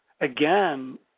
Again